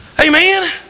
Amen